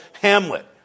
Hamlet